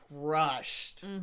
crushed